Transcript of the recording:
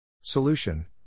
Solution